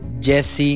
Jesse